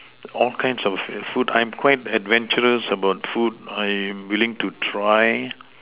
all kinds of err food I'm quite adventurous about food I'm willing to try